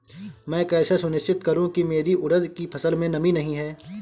मैं कैसे सुनिश्चित करूँ की मेरी उड़द की फसल में नमी नहीं है?